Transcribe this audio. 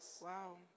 Wow